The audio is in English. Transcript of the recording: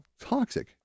toxic